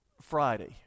Friday